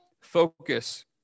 focus